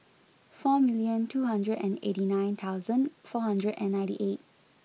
four million two hundred and eighty nine thousand four hundred and ninety eight